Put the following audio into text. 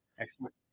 excellent